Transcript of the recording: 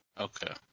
Okay